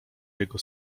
jego